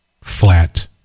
flat